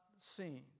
seen